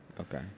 Okay